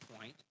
point